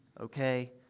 okay